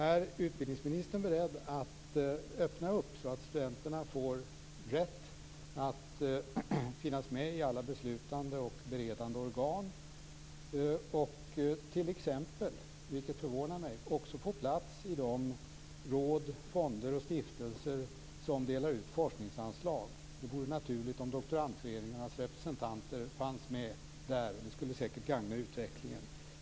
Är utbildningsministern beredd att ge studenterna rätt att finnas med i alla beslutande och beredande organ? Det gäller t.ex. de råd, fonder och stiftelser som delar ut forskningsanslag. Det vore naturligt att doktorandföreningarnas representanter fanns med där. Det skulle säkert gagna utvecklingen.